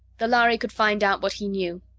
the lhari could find out what he knew,